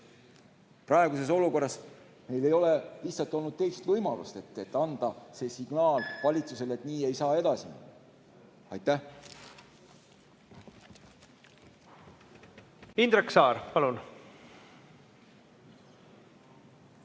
Praeguses olukorras ei ole meil lihtsalt olnud teist võimalust kui anda see signaal valitsusele, et nii ei saa edasi minna. Aitäh! Aitäh! Indrek Saar, palun!